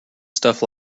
stuff